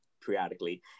periodically